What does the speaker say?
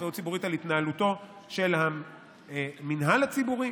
אחריות ציבורית על התנהלותו של המינהל הציבורי.